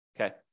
Okay